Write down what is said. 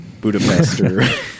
Budapest